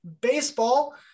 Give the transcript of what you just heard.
baseball